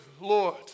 Lord